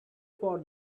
for